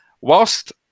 Whilst